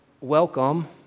welcome